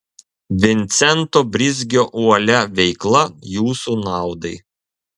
vincento brizgio uolia veikla jūsų naudai